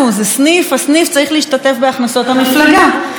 זה סניף, הסניף צריך להשתתף בהכנסות המפלגה.